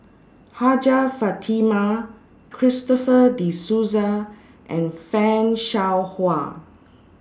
Hajjah Fatimah Christopher De Souza and fan Shao Hua